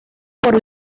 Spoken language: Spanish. por